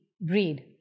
breed